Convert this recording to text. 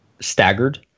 staggered